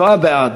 27 בעד,